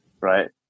right